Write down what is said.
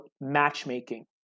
matchmaking